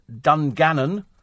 Dungannon